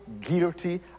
guilty